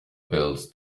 bills